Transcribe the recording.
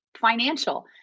financial